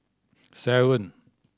seven